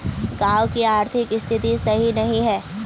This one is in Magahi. गाँव की आर्थिक स्थिति सही नहीं है?